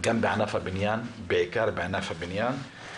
בעיקר בענף הבניין.